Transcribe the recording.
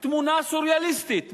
תמונה סוריאליסטית,